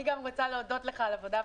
אני גם רוצה להודות לך על העבודה המקצועית,